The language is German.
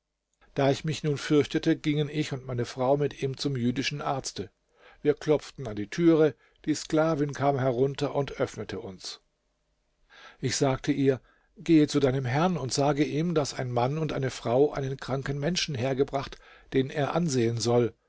da ich mich nun fürchtete gingen ich und meine frau mit ihm zum jüdischen arzte wir klopften an die türe die sklavin kam herunter und öffnete uns ich sagte ihr gehe zu deinem herrn und sage ihm daß ein mann und eine frau einen kranken menschen hergebracht den er ansehen soll